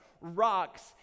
rocks